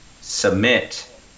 submit